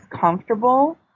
comfortable